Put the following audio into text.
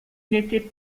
n’étaient